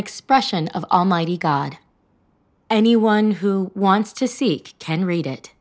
expression of almighty god anyone who wants to seek can read it